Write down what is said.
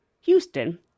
Houston